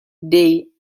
dei